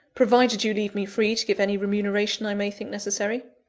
provided you leave me free to give any remuneration i may think necessary.